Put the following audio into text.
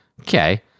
okay